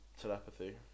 telepathy